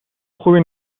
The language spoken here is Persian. خوبی